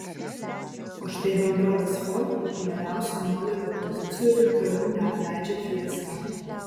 o štai bendrovės ford populiariausio modelio pozicijų ir toliau neapleidžia fiesta